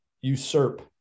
usurp